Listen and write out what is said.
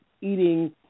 eating